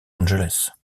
angeles